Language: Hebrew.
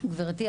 גברתי,